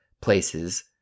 places